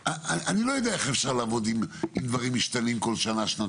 אני לא יודע איך אפשר לעבוד עם דברים משתנים כל שנה-שנתיים.